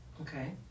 Okay